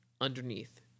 underneath